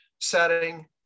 setting